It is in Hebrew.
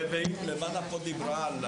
לבנה דיברה פה על